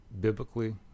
biblically